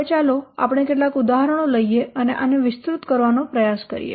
હવે ચાલો આપણે કેટલાક ઉદાહરણો લઈએ અને આને વિસ્તૃત કરવાનો પ્રયાસ કરીએ